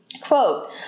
Quote